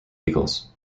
eagles